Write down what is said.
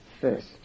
first